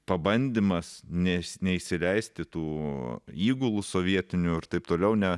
pabandymas nes neįsileisti tų įgulų sovietinių ir taip toliau ne